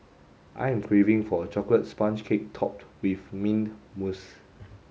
I am craving for a chocolate sponge cake topped with mint mousse